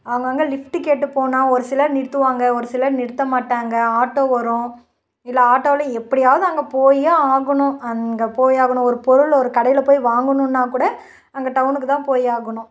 அங்கங்கே லிஃப்ட்டு கேட்டு போனால் ஒரு சிலர் நிறுத்துவாங்க ஒரு சிலர் நிறுத்தமாட்டாங்க ஆட்டோ வரும் இல்லை ஆட்டோவுலேயும் எப்படியாவது அங்கே போயே ஆகணும் அங்கே போய் ஆகணும் ஒரு பொருள் ஒரு கடையில் போய் வாங்கணுன்னால் கூட அங்கே டௌனுக்கு தான் போய் ஆகணும்